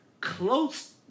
Close